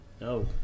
No